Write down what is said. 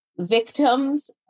victims